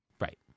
Right